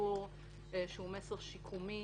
לציבור מסר שיקומי